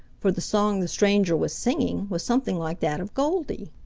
for the song the stranger was singing was something like that of goldy.